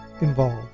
involved